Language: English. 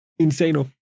Insano